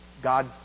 God